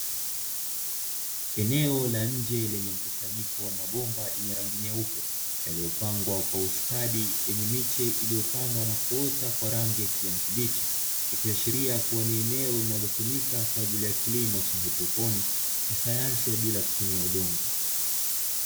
Eneo la nje lenye mkusanyiko wa mabomba yenye rangi nyeupe, yaliyopangwa kwa ustadi yenye miche iliyopandwa na kuota kwa rangi ya kijani kibichi, ikiashiria kuwa ni eneo linalotumika kwa ajili ya kilimo cha proponi, kwa sayansi ya bila kutumia udongo.